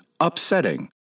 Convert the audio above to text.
upsetting